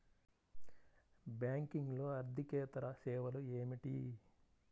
బ్యాంకింగ్లో అర్దికేతర సేవలు ఏమిటీ?